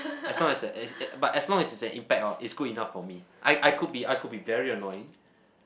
as long as that but as long as it's an impact hor it's good enough for me I I could be I could be very annoying